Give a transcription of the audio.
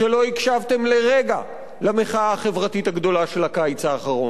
הקשבתם לרגע למחאה החברתית הגדולה של הקיץ האחרון.